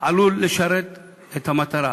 עלול לשרת את המטרה.